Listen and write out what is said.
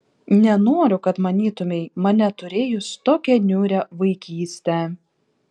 nenoriu kad manytumei mane turėjus tokią niūrią vaikystę